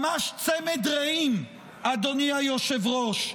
ממש צמד רעים, אדוני היושב-ראש,